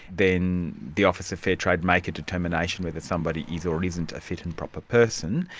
then the office of fair trade make a determination whether somebody is or isn't a fit and proper person,